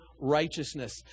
righteousness